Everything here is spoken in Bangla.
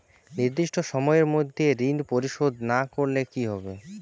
নির্দিষ্ট সময়ে মধ্যে ঋণ পরিশোধ না করলে কি হবে?